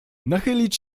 nachylić